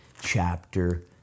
chapter